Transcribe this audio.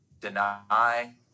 deny